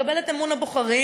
לקבל את אמון הבוחרים,